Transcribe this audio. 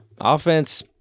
offense